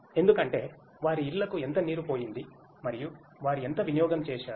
ఎందుకంటే వారి ఇళ్లకు ఎంత నీరు పోయింది మరియు వారు ఎంత వినియోగం చేశారు